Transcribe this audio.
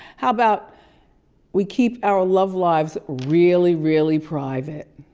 how about we keep our love lives really, really private.